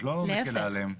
את לא מקלה עליהם.